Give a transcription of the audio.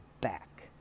back